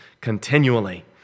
continually